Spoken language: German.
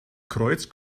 kreuz